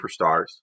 superstars